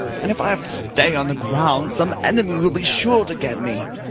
and if i have to stay on the ground some enemy will be sure to get me.